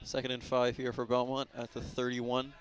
second in five here for about one thirty one